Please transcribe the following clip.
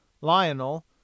Lionel